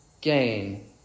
gain